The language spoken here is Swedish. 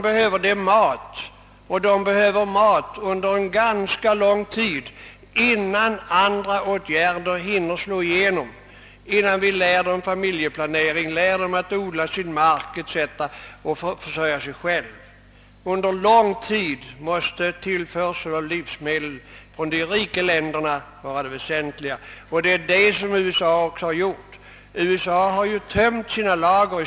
Men de behöver mat under en ganska lång tid innan andra åtgärder hinner slå igenom, innan vi lär dem familjeplanering, lär dem att odla sin mark och försörja sig själva. Under lång tid måste tillförsel av livsmedel från de rika länderna vara det väsentliga. USA har också sänt livsmedel och i stort sett tömt sina lager.